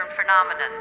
phenomenon